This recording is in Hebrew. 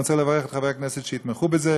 אני רוצה לברך את חברי הכנסת שיתמכו בזה.